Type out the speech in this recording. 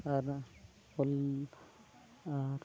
ᱟᱨ ᱚᱞ ᱟᱨ